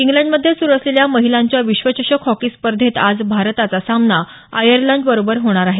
England मध्ये सुरू असलेल्या महिलांच्या विश्वचषक हॉकी स्पर्धेत आज भारताचा सामना आयर्लंड बरोबर होणार आहे